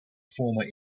former